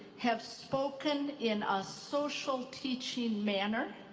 have spoken in a social teaching manner,